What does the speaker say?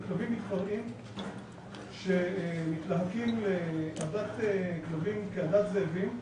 כלבים מתפרעים שמתלהקים לעדת כלבים כעדת זאבים,